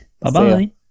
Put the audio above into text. Bye-bye